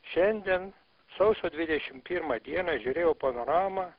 šiandien sausio dvidešimt pirmą dieną žiūrėjau panoramą